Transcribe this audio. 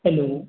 hello